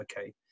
Okay